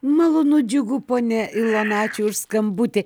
malonu džiugu ponia ilona ačiū už skambutį